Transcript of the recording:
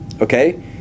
okay